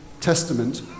Testament